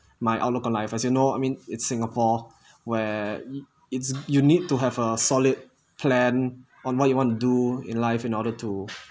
my outlook on life as you know I mean it's singapore where it's you need to have a solid plan on what you want to do in life in order to